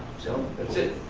so that's it.